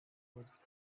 was